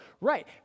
Right